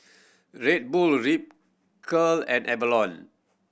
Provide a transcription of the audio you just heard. Red Bull Ripcurl and Avalon